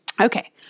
Okay